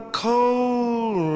cold